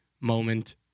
Moment